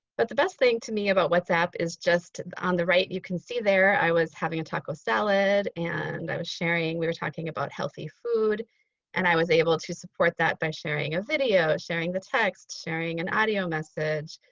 but the best thing to me about whatsapp is just on the right you can see there i was having a taco salad and i was sharing. we were talking about healthy food and i was able to support that by sharing a video, sharing the text, sharing an audio message.